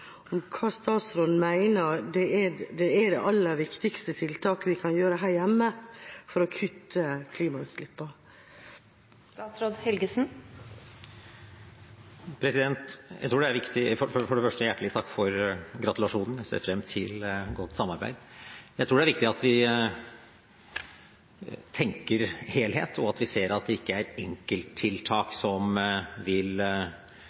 om hva statsråden mener er det aller viktigste tiltaket vi kan gjøre her hjemme for å kutte klimautslippene. For det første hjertelig takk for gratulasjonen. Jeg ser frem til et godt samarbeid. Jeg tror det er viktig at vi tenker helhet og ser at det ikke er enkelttiltak som vil